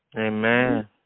amen